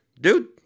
dude